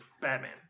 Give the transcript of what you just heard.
Batman